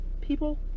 people